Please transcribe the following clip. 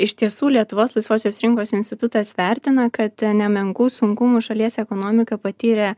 iš tiesų lietuvos laisvosios rinkos institutas vertina kad nemenkų sunkumų šalies ekonomika patyrė